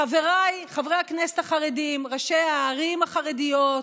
חבריי חברי הכנסת החרדים, ראשי הערים החרדיות,